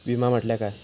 विमा म्हटल्या काय?